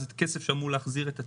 זה כסף שאמור להחזיר את עצמו.